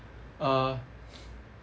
uh